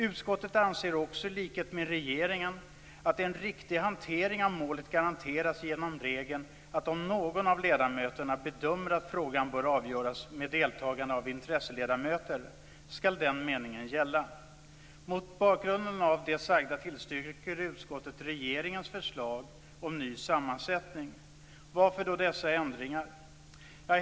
Utskottet anser också, i likhet med regeringen, att en riktig hantering av målen garanteras genom regeln att om någon av ledamöterna bedömer att frågan bör avgöras med deltagande av intresseledamöter skall den meningen gälla. Mot bakgrund av det sagda tillstyrker utskottet regeringens förslag om ny sammansättning. Varför då dessa ändringar?